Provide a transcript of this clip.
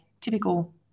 typical